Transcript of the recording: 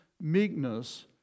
meekness